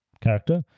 character